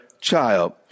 child